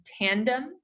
Tandem